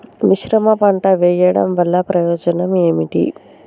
మిశ్రమ పంట వెయ్యడం వల్ల ప్రయోజనం ఏమిటి?